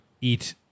eat